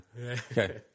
Okay